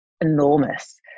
enormous